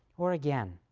or again,